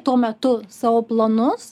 tuo metu savo planus